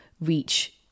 reach